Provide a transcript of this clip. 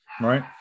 right